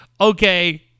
okay